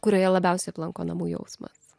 kurioje labiausiai aplanko namų jausmas